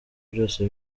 byose